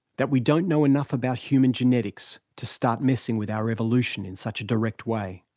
that we don't know enough about human genetics to start messing with our evolution in such a direct way.